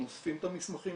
אנחנו אוספים את המסמכים,